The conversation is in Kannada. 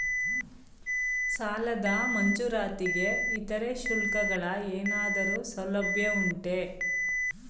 ಸಾಲದ ಮಂಜೂರಾತಿಗೆ ಇತರೆ ಶುಲ್ಕಗಳ ಏನಾದರೂ ಸೌಲಭ್ಯ ಉಂಟೆ?